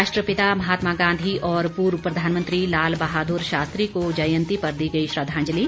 राष्ट्रपिता महात्मा गांधी और पूर्व प्रधानमंत्री लाल बहादुर शास्त्री को जयंती पर दी गई श्रद्वांजलि